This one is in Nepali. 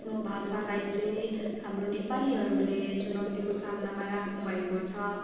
आफ्नो भाषालाई चाहिँ हाम्रो नेपालीहरूले चुनौतीको सामनामा राख्नुभएको छ